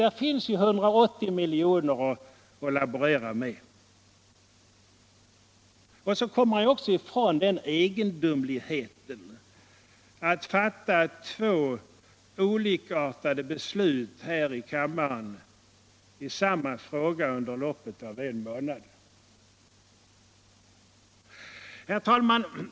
Där finns ju 180 milj.kr. att laborera med. Då kommer man också ifrån den egendomligheten att fatta två olikartade beslut här i kammaren i samma fråga under loppet av en månad. Herr talman!